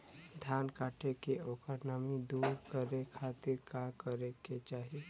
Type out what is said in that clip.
धान कांटेके ओकर नमी दूर करे खाती का करे के चाही?